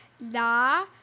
La